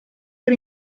per